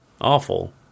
awful